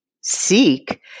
seek